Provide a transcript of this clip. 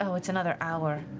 so it's another hour.